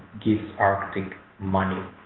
gives arctic money?